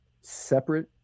separate